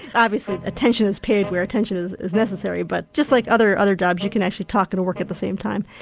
obviously attention is paid where attention is is necessary, but just like other other jobs you can actually talk and work and the same time.